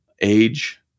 age